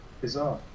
bizarre